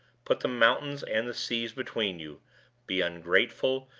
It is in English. put the mountains and the seas between you be ungrateful,